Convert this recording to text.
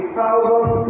thousand